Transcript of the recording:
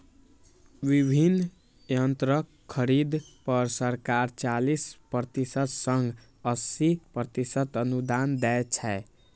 विभिन्न यंत्रक खरीद पर सरकार चालीस प्रतिशत सं अस्सी प्रतिशत अनुदान दै छै